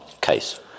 case